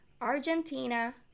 Argentina